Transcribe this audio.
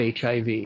HIV